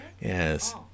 Yes